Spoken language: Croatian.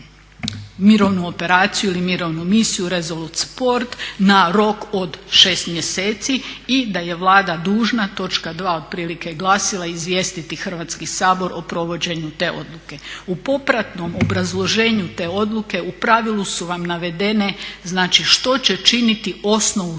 Mirovnu operaciju ili Mirovinu misiju Resolute support na rok od 6 mjeseci i da je Vlada dužna točka 2.otrpilike glasila izvijestiti Hrvatski sabor o provođenju te odluke. U popratnom obrazloženju te odluke u pravilu su vam navedene što će činiti osnovu